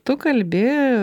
tu kalbi